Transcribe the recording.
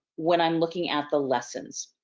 when i'm looking at the lessons,